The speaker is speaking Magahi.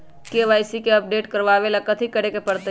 के.वाई.सी के अपडेट करवावेला कथि करें के परतई?